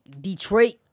Detroit